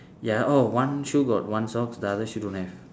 ya oh one shoe got one socks the other shoe don't have